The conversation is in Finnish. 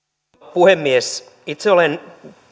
puhemies itse olen